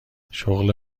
شغل